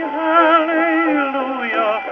hallelujah